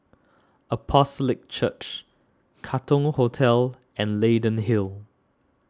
Apostolic Church Katong Hostel and Leyden Hill